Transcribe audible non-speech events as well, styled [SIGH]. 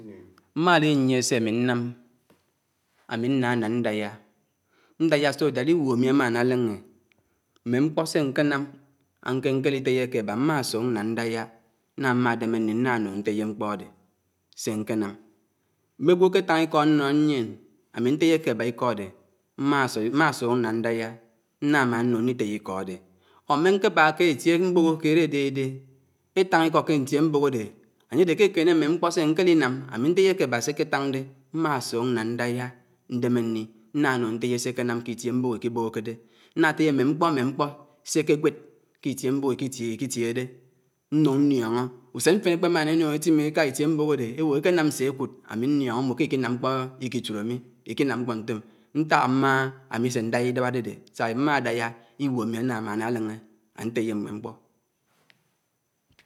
[NOISE] Mmáliyiéné sé ámì nnám, ámì náná ñdáyá so dát íwuò ámì ámáná áléné. Mmé mkpó sé áñkénàm áñké añkéùteye ké ábá mmá ñsùùg nna ñdáyá náhá mma démé ñli nà ñná nuñ ntéyé mkpó ádé sé ñkenám. Mé ágwò áké táñ. Íkó ǎnnó ñyién. ámí ñtéyéké ábá íkó áde [UNINTELLIGIBLE] mmá siák nná ñdáyá, nná máán ñug ndi téyé íkó ádé. or mé ñkébá k’itíé mbògò kéd ádédé. étáñ íkó ké ñtié mbògò ádé, ányédé ké ákéné mmé mkpó sé áñkéùnám ámì ñtéyéré ábá sé éketáñ dé. mmá siùk nná ñdáyá. ñdémé nni, nná téyé mme. mkpó mmé mkpó sé éké gwéd k’ítíé mbògò ìkìtíé íkítíegé dé. nuñ ñíóñó ùsen mfén ékpémáná énùnó étimé étá ítíé mbògò ádé éwò ékénam sé ùkùd? ámí ñíoñó mbó kíkí námkó íkíturò mí íkinám mkpó ñtòm. ñtàk ámáá ámísé ñdáyá ídáb ádédé, sàdé mmádáyá ígwó àmí àlámáná áleñe. ántéyé mmé mkpò.